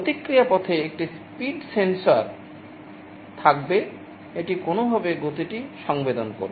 প্রতিক্রিয়া পথে একটি স্পিড সেন্সর থাকবে এটি কোনভাবে গতিটি সংবেদন করবে